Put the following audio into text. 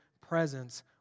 presence